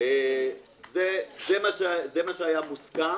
זה מה שהיה מוסכם.